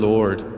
Lord